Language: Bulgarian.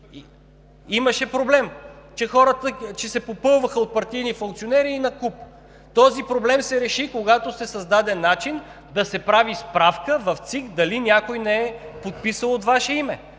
Имаше проблем, че се попълваха от партийни функционери накуп. Този проблем се реши, когато се създаде начин да се прави справка в ЦИК дали някой не се е подписал от Ваше име.